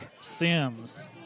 Sims